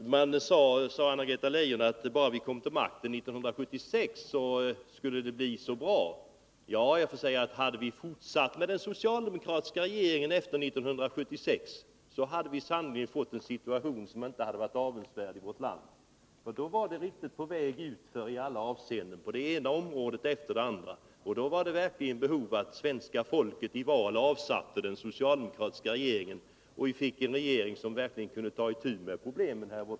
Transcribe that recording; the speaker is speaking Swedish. Anna-Greta Leijon säger att det 1976 hävdades att bara vi kom till makten skulle det bli så bra. Ja, jag får säga, att om man hade fortsatt med den socialdemokratiska regeringen efter 1976, hade vi sannerligen fått en situation i vårt land som inte varit avundsvärd. Då var det verkligen på väg utför i alla avseenden — på det ena området efter det andra — och då fanns det verkligen behov av att svenska folket i val avsatte den socialdemokratiska regeringen och att vi fick en regering som verkligen kunde ta itu med problemen.